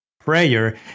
Prayer